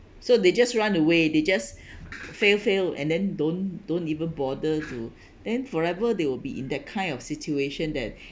so they just run away they just fail fail and then don't don't even bother to then forever they will be in that kind of situation that